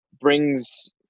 brings